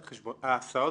הזכאות והמסלול.